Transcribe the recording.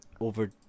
over